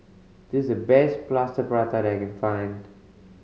this the best Plaster Prata that I can find